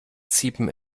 ziepen